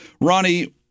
Ronnie